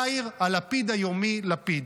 יאיר הלפיד היומי לפיד.